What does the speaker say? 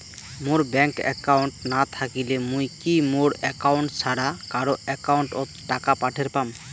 মোর bank account না থাকিলে মুই কি মোর একাউন্ট ছাড়া কারো একাউন্ট অত টাকা পাঠের পাম?